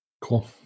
Cool